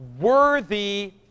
Worthy